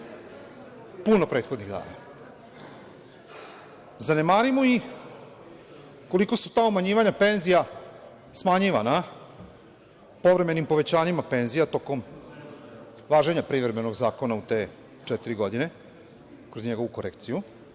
Zanemarimo i koliko su ta umanjivanja penzija smanjivana povremenim povećanjima penzija tokom važenja privremenog zakona u te četiri godine kroz njegovu korekciju.